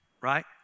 right